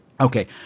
Okay